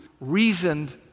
reasoned